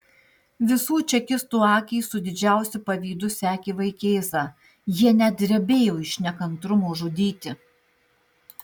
visų čekistų akys su didžiausiu pavydu sekė vaikėzą jie net drebėjo iš nekantrumo žudyti